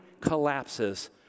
collapses